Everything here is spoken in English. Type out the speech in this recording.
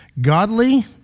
godly